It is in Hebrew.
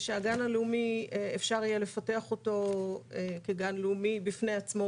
ושהגן הלאומי אפשר יהיה לפתח אותו כגן לאומי בפני עצמו,